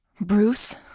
Bruce